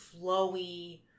flowy